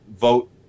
vote